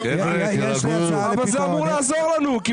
אם